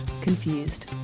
Confused